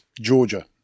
Georgia